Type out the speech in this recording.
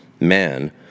Man